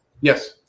Yes